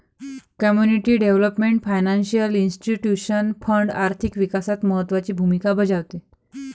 community development financial institution fund आर्थिक विकासात महत्त्वाची भूमिका बजावते